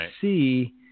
see